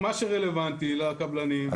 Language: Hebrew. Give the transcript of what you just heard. מה שרלוונטי לקבלנים.